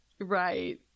Right